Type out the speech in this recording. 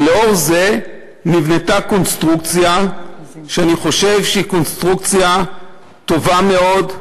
לאור זה נבנתה קונסטרוקציה שאני חושב שהיא קונסטרוקציה טובה מאוד,